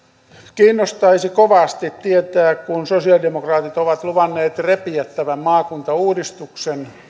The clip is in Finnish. kiinnostaisi kovasti tietää kun sosialidemokraatit ovat luvanneet repiä tämän maakuntauudistuksen